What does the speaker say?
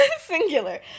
singular